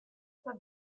sua